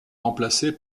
remplacée